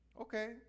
Okay